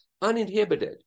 uninhibited